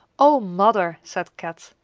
o mother, said kat,